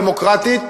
דמוקרטית,